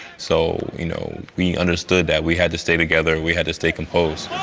so you know we understood that we had to stay together, we had to stay composed.